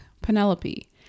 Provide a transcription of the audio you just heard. Penelope